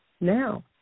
now